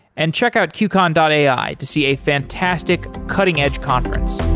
and check out qcon and ai to see a fantastic cutting-edge conference